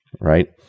Right